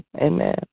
Amen